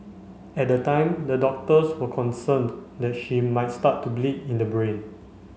at the time the doctors were concerned that she might start to bleed in the brain